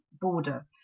border